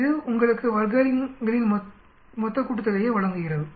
இது உங்களுக்கு வர்க்கங்களின் மொத்த கூட்டுத்தொகையை வழங்குகிறது